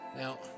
Now